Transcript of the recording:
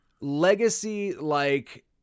legacy-like